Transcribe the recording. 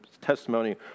testimony